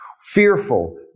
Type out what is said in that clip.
fearful